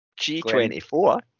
G24